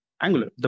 Angular